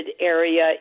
area